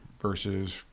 versus